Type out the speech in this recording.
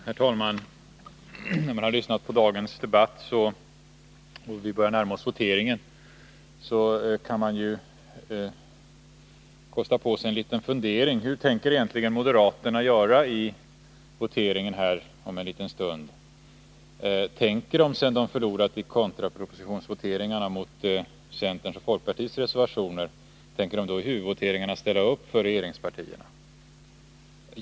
Herr talman! När man har lyssnat på dagens debatt och vi börjar närma oss voteringen, kan man kosta på sig en liten fundering: Hur tänker egentligen moderaterna göra i voteringen om en liten stund? Tänker de, sedan de har förlorat i kontrapropositionsvoteringarna mot centerns och folkpartiets reservationer, i huvudvoteringen ställa upp för regeringspartierna?